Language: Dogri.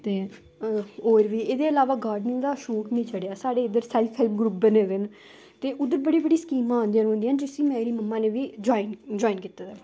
ते होर बी एह्दे अलावा गार्डनिंग दा शौंक मीं चढ़ेआ साढ़े इद्धर सेल्फ हैल्प ग्रुप बने दे न ते उद्धर बड़ी बड़ी स्कीमां आंदियां रौंंह्दियां न जिसी मेरी मम्मा ने बी ज्वाइन जाइन कीते दा ऐ